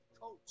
coach